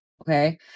okay